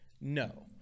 no